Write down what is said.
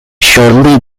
shortly